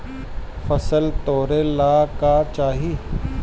फसल तौले ला का चाही?